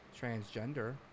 transgender